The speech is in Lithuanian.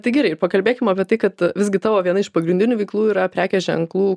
tai gerai pakalbėkim apie tai kad visgi tavo viena iš pagrindinių veiklų yra prekės ženklų